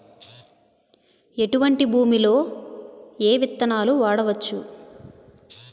ఎటువంటి భూమిలో ఏ విత్తనాలు వాడవచ్చు?